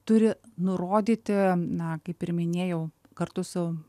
turi nurodyti na kaip ir minėjau kartu su